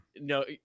No